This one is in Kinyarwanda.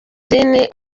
dini